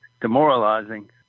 demoralizing